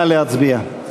נא להצביע.